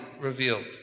revealed